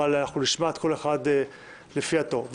אבל נשמע כל אחד לפי התור.